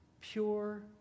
pure